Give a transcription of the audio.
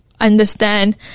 understand